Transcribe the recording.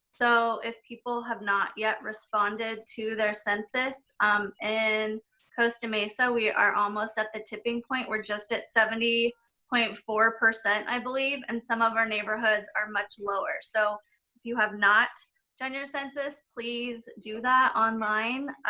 so if people have not yet responded to their census in costa mesa, we are almost at the tipping point. we're just at seventy point four, i believe. and some of our neighborhoods are much lower. so if you have not done your census, please do that online.